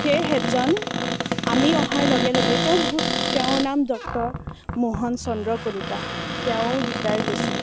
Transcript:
সেই হেডজন আমি অহাৰ লগে লগে তেওঁ বহুত তেওঁৰ নাম ডক্তৰ মোহন চন্দ্ৰ কলিতা তেওঁ ৰিটায়াৰ হৈছিলে